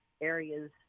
areas